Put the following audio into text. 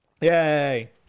Yay